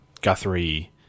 Guthrie